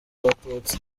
abatutsi